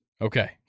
Okay